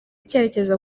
icyerekezo